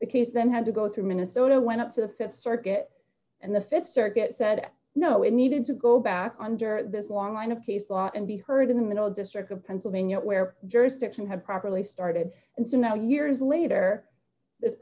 the case then had to go through minnesota went up to the th circuit and the th circuit said no it needed to go back under this long line of case law and be heard in the middle district of pennsylvania where jurisdiction have properly started and so now years later this